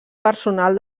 personal